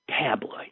tabloid